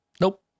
Nope